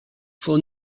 for